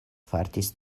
fartis